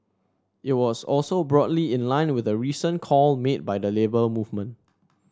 it was also broadly in line with a recent call made by the Labour Movement